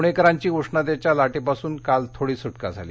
पुणेकरांची उष्णतेच्या लाटेपासून काल थोडी सुटका झाली